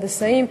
ההנדסאים,